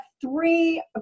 three